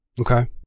Okay